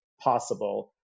possible